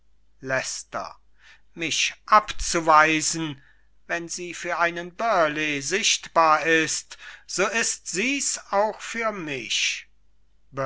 mich abzuweisen wenn sie für einen burleigh sichtbar ist so ist sie's auch für mich